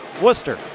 Worcester